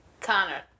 connor